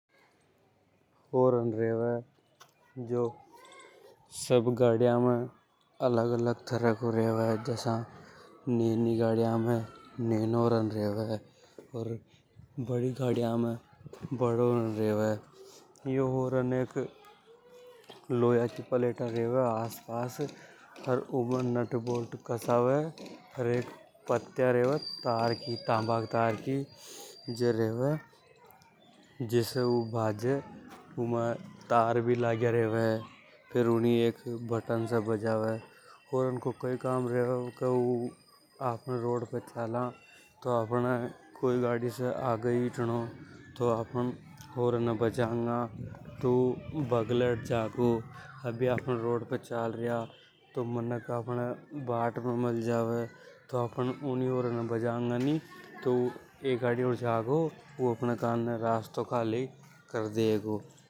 हॉर्न नरा तरह को रेवे जसा बड़ी गाड़ियां में बड़ो हॉर्न रेवे। अर नेनी गाड़ियां में नैनो हॉर्न रेवे। यो हॉर्न लोया की प्लेटा रेवे आस पास अर उमें नट बोल्ट कसा वे तांबा का तार की। जिसे ऊ बाजे उमे तार भी लागया रेवे। फेर ऊनिय बटन से बजावे। हॉर्न को कई कम रेवे के आफ़न रोड पे चाला तो कोई गाड़ी से आगे हिटणो। तो आफ़न हॉर्न ये बजाअंगा तो ऊ बगले हट जागो। बाट में मल जावे रास्तों खाली कर देगो।